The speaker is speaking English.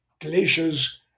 glaciers